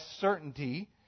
certainty